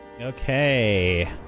Okay